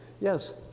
Yes